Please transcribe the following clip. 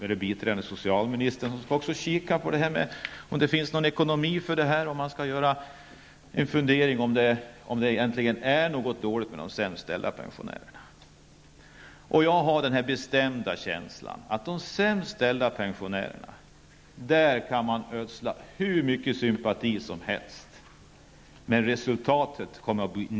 Och biträdande socialministern skall se över om det är ekonomiskt möjligt, och om de sämst ställda pensionärerna har det dåligt ställt. Jag har en bestämd känsla av att man kan ödsla hur mycket sympati som helst på de sämst ställda pensionärerna. Men resultatet kommer att bli 90-talets svek.